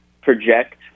project